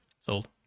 Sold